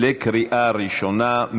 בקריאה ראשונה.